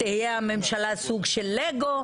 תהיה הממשלה סוג של לגו,